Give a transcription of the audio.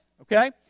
okay